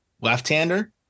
left-hander